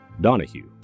donahue